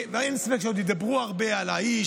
ואין ספק שעוד ידברו הרבה על האיש,